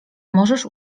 możesz